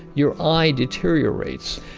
your eye deteriorates.